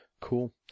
Cool